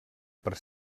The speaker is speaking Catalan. per